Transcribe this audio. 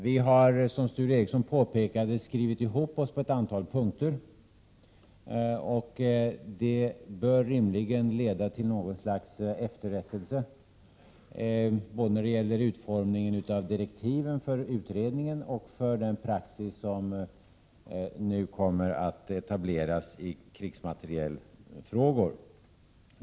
Vi har, som Sture Ericson påpekade, skrivit ihop oss på ett antal punkter, och det bör rimligen leda till något slags efterrättelse, både när det gäller utformningen av direktiven för utredningen och för den praxis som nu kommer att etableras i krigsmaterielfrågor.